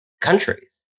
countries